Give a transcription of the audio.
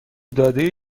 داده